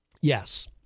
Yes